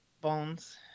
Bones